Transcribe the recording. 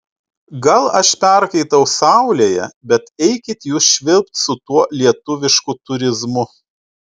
gal aš perkaitau saulėje bet eikit jūs švilpt su tuo lietuvišku turizmu